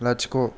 लाथिख'